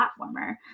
platformer